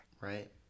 Right